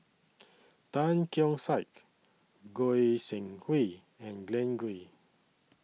Tan Keong Saik Goi Seng Hui and Glen Goei